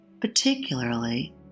particularly